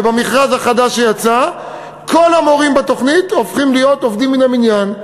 במכרז החדש שיצא כל המורים בתוכנית הופכים להיות עובדים מן המניין.